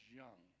young